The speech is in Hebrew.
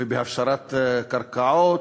ובהפשרת קרקעות.